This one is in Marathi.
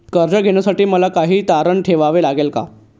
कर्ज घेण्यासाठी मला काही तारण ठेवावे लागेल का?